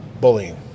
bullying